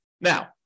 Now